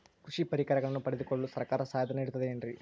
ಕೃಷಿ ಪರಿಕರಗಳನ್ನು ಪಡೆದುಕೊಳ್ಳಲು ಸರ್ಕಾರ ಸಹಾಯಧನ ನೇಡುತ್ತದೆ ಏನ್ರಿ?